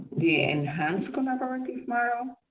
the enhanced collaborative model.